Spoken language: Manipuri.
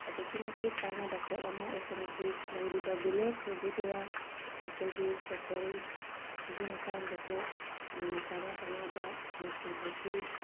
ꯑꯗꯨꯛꯀꯤ ꯃꯇꯤꯛ ꯀꯥꯟꯅꯕ ꯄꯣꯠꯂꯝ ꯑꯃ ꯑꯣꯏꯍꯟꯈꯤ ꯂꯩꯔꯤꯕ ꯚꯤꯂꯦꯖ ꯑꯗꯨꯗꯨꯗ ꯑꯩꯈꯣꯏꯒꯤ ꯁꯣꯁꯤꯌꯦꯜꯒꯤ ꯃꯇꯥꯡꯗꯁꯨ ꯌꯥꯝꯅ ꯀꯥꯟꯅ ꯀꯥꯟꯅꯕ ꯑꯃ ꯐꯪꯖꯈꯤ